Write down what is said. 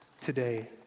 today